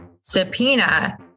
subpoena